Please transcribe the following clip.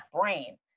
brain